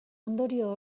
ondorio